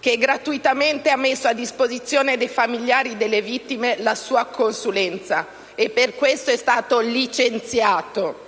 che gratuitamente ha messo a disposizione dei familiari delle vittime la sua consulenza e per questo è stato licenziato.